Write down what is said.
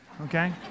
okay